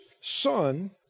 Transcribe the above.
son